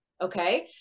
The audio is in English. Okay